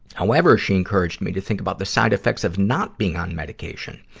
however, she encouraged me to think about the side effects of not being on medication.